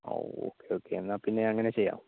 ഓ ഒക്കെ ഓക്കെ എന്നാൽ പിന്നെയങ്ങനെ ചെയ്യാം